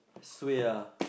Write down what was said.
suay ah